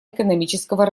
экономического